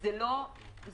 זה לא פתרון.